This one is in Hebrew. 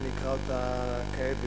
אקרא כעת,